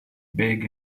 big